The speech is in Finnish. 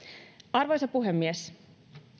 arvoisa puhemies